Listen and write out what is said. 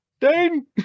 Dane